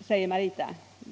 säger Marita Täppinen.